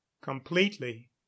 completely